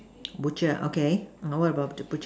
butcher ah okay what about the butcher